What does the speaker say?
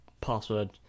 password